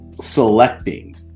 selecting